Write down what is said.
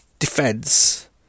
defense